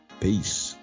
Peace